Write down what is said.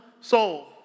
soul